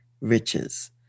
riches